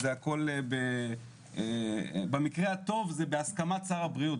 שהכול במקרה הטוב זה בהסכמת שר הבריאות.